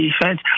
defense